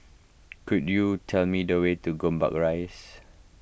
could you tell me the way to Gombak Rise